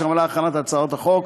שעמלה על הכנת הצעת החוק,